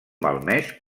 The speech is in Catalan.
malmès